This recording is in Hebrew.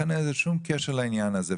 לכן אין לזה שום קשר לעניין הזה.